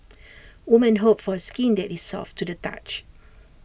women hope for skin that is soft to the touch